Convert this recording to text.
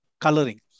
coloring